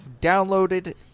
downloaded